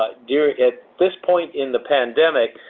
ah at this point in the pandemic,